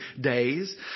days